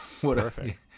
Perfect